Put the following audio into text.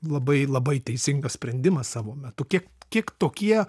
labai labai teisingas sprendimas savo metu kiek kiek tokie